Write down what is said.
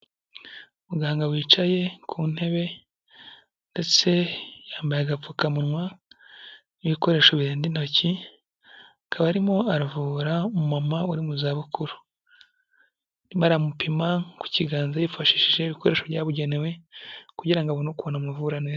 Muganga wicaye ku ntebe ndetse yambaye agapfukawa n'ibikoresho birenga intoki kaba arimo aravura mama uri mu zabukuru, aramupima ku kiganza yifashishije ibikoresho byabugenewe kugira abone ukuntu amuvura neza.